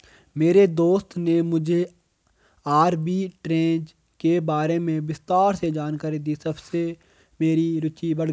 मेरे दोस्त ने मुझे आरबी ट्रेज़ के बारे में विस्तार से जानकारी दी तबसे मेरी रूचि बढ़ गयी